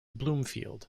bloomfield